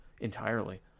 entirely